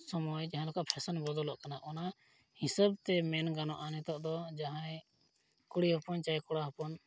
ᱥᱚᱢᱚᱭ ᱡᱟᱦᱟᱸ ᱞᱮᱠᱟ ᱯᱷᱮᱥᱮᱱ ᱵᱚᱫᱚᱞᱚᱜ ᱠᱟᱱᱟ ᱚᱱᱟ ᱦᱤᱥᱟᱹᱵᱽᱛᱮ ᱢᱮᱱ ᱜᱟᱱᱚᱜᱼᱟ ᱱᱤᱛᱳᱜ ᱫᱚ ᱡᱟᱦᱟᱸᱭ ᱠᱩᱲᱤ ᱦᱚᱯᱚᱱ ᱡᱟᱦᱟᱸᱭ ᱠᱚᱲᱟ ᱦᱚᱯᱚᱱ